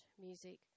music